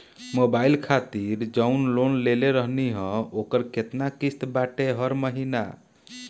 Mobile खातिर जाऊन loan लेले रहनी ह ओकर केतना किश्त बाटे हर महिना?